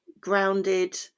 grounded